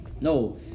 no